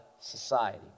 society